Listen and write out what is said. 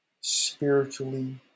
spiritually